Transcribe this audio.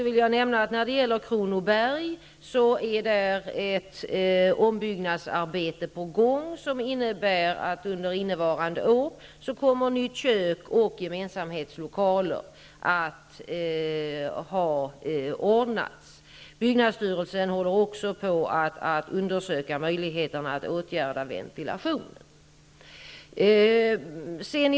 Ett ombyggnadsarbete är på gång på Kronobergshäktet som innebär att under innevarande år kommer ett nytt kök och gemensamhetslokaler att ordnas. Byggnadsstyrelsen håller också på att undersöka möjligheterna att åtgärda ventilationen.